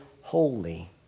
holy